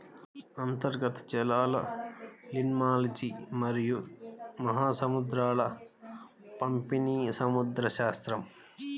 అంతర్గత జలాలలిమ్నాలజీమరియు మహాసముద్రాల పంపిణీసముద్రశాస్త్రం